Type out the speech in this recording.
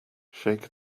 shake